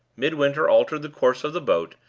midwinter altered the course of the boat,